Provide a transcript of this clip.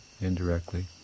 indirectly